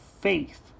faith